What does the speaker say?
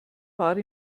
war